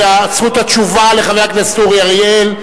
זכות התשובה לחבר הכנסת אורי אריאל.